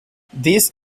these